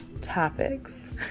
topics